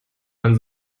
man